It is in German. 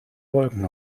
wolken